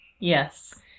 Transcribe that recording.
Yes